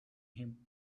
him